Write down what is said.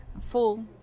full